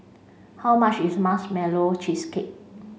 how much is marshmallow cheesecake